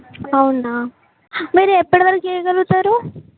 అవునా మీరు ఎప్పటివరకు ఇవ్వగలుగుతారు